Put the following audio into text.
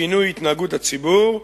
שינוי התנהגות הציבור,